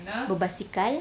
berbasikal